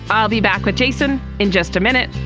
i'll be back with jason in just a minute.